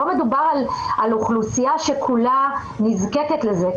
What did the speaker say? לא מדובר על אוכלוסייה שכולה נזקקת לזה.